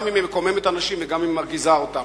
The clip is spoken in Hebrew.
גם אם היא מקוממת אנשים וגם אם היא מרגיזה אותם,